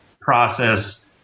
process